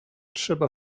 trzeba